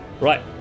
Right